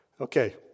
Okay